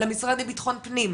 למשרד לביטחון פנים,